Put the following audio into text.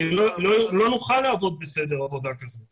לא נוכל לעבוד בסדר עבודה כזה.